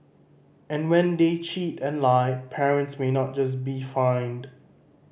and when they cheat and lie parents may not just be fined